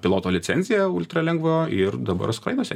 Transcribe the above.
piloto licenciją ultra lengvojo ir dabar skraidosi